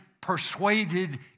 persuaded